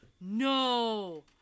no